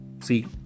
see